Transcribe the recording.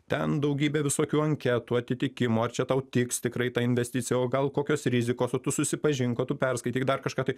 ten daugybė visokių anketų atitikimų ar čia tau tiks tikrai ta investicija o gal kokios rizikos o tu susipažink o tu perskaityk dar kažką tai